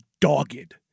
dogged